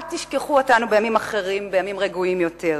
אל תשכחו אותנו בימים אחרים, בימים רגועים יותר.